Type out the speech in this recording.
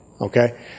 okay